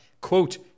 quote